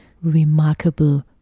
remarkable